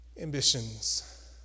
ambitions